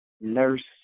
nurse